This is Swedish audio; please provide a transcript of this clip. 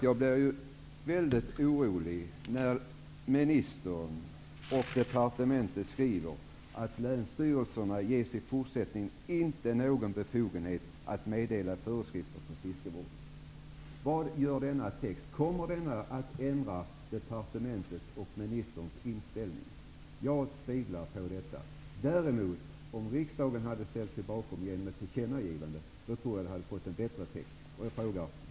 Jag blev mycket orolig när ministern och departementet skrev att länsstyrelserna i fortsättningen inte skall ges någon befogenhet att meddela föreskrifter om fiskevården. Vad kommer denna text att innebära? Kommer den att ändra departementets och ministerns inställning? Jag tvivlar på detta. Om riksdagen hade ställt sig bakom ett tillkännagivande tror jag däremot att det hade fått en bättre effekt.